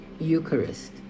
Eucharist